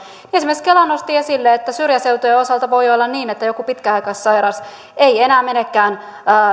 esimerkiksi kela nosti esille että syrjäseutujen osalta voi olla niin että joku pitkäaikaissairas ei enää menekään näille